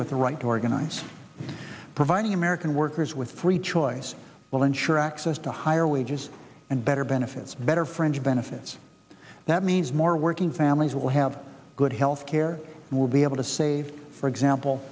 with the right to organize providing american workers with free choice will ensure access to higher wages and better benefits better fringe benefits that means more working families will have good health care will be able to save for example